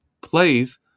plays